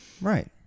Right